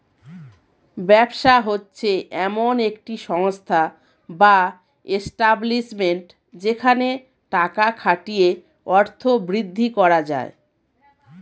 ব্যবসা হচ্ছে এমন একটি সংস্থা বা এস্টাব্লিশমেন্ট যেখানে টাকা খাটিয়ে অর্থ বৃদ্ধি করা যায়